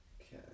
Okay